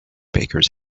bakers